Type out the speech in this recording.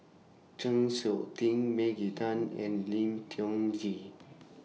Chng Seok Tin Maggie Teng and Lim Tiong Ghee